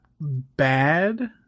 bad